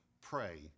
pray